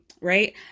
right